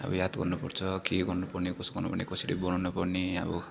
अब याद गर्नुपर्छ के गर्नुपर्ने कसो गर्नुपर्ने कसरी बनाउनपर्ने अब